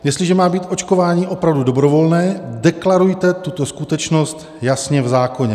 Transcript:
Jestliže má být očkování opravdu dobrovolné, deklarujte tuto skutečnost jasně v zákoně.